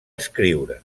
escriure